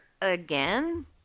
again